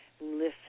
listen